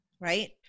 right